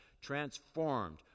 transformed